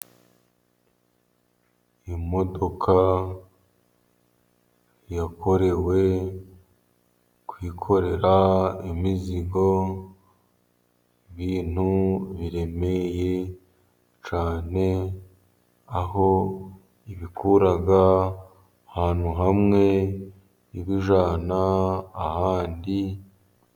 Iyo modoka yakorewe kwikorera imizigo, ibintu biremereye cyane. Aho ibikura ahantu hamwe ibijyana ahandi.